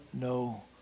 no